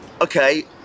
okay